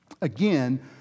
Again